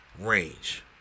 range